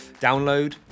download